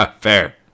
Fair